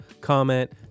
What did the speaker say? comment